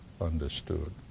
understood